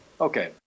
Okay